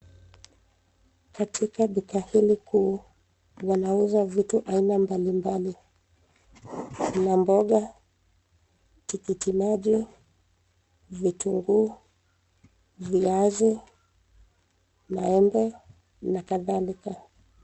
Katika duka hili kuu, wanauza vitu aina mbalimbali kuna mboga, tikiti maji, vitunguu, viazi maembe na kadhalika.